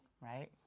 right